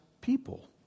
people